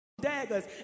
daggers